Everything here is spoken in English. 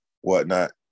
whatnot